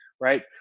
Right